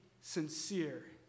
sincere